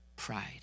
pride